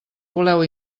voleu